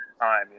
time